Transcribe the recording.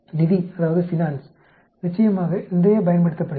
நிதி நிச்சயமாக நிறைய பயன்படுத்தப்படுகிறது